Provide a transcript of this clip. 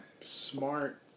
smart